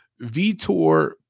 Vitor